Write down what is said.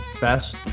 best